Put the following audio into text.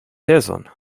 tezon